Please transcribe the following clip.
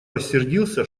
рассердился